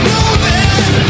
Moving